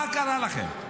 מה קרה לכם?